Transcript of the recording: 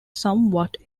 somewhat